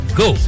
go